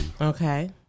Okay